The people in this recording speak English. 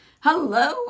Hello